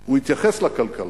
הוא התייחס לכלכלה.